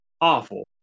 awful